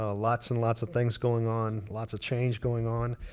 ah lots and lots of things going on. lots of change going on.